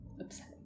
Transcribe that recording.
upset